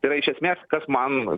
tai yra iš esmės kas man